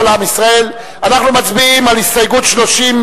אנחנו מצביעים על הסתייגות 35 לסעיף